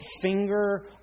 finger